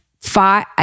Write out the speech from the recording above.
five